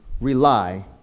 rely